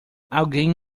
alguém